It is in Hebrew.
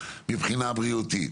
מבחינה בריאותית.